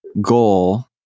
goal